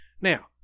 Now